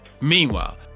Meanwhile